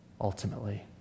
ultimately